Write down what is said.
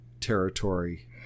territory